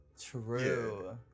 True